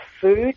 food